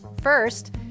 First